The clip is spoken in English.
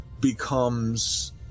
becomes